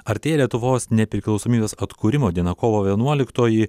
artėja lietuvos nepriklausomybės atkūrimo diena kovo vienuoliktoji